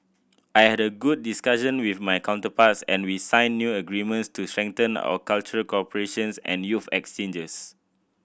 I had a good discussion with my counterparts and we signed new agreements to strengthen our cultural cooperations and youth exchanges